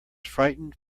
frightened